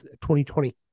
2020